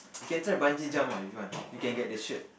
you can try bungee jump ah if you want you can get the shirt